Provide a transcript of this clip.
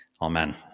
Amen